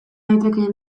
daiteke